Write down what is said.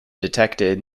detected